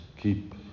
keep